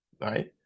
right